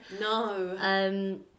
no